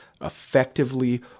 effectively